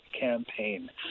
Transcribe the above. campaign